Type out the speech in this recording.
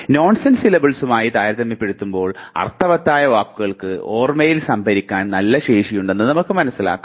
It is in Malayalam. നോൺസെൻസ് സിലബിൾസുമായി താരതമ്യപ്പെടുത്തുമ്പോൾ അർത്ഥവത്തായ വാക്കുകൾക്ക് ഓർമ്മയിൽ സംഭരിക്കാൻ നല്ല ശേഷിയുണ്ടെന്ന് നമുക്ക് മനസ്സിലാക്കാം